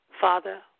Father